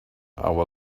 our